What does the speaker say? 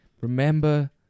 remember